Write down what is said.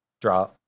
draw